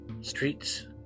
streets